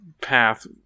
path